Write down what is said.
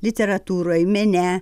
literatūroj mene